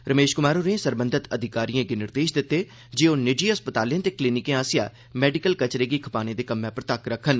रमेश कुमार होरें सरबंघत अधिकारिएं गी निर्देश दित्ते जे ओह् निजी अस्पतालें ते क्लीनिकें आसेआ मैडिकल कचरे गी खपाने दे कम्मै पर तक्क रक्खन